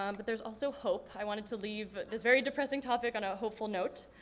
um but there's also hope. i wanted to leave this very depressing topic on a hopeful note.